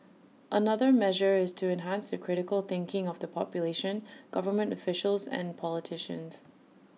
another measure is to enhance the critical thinking of the population government officials and politicians